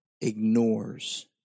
ignores